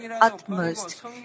utmost